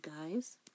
guys